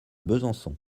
besançon